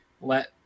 let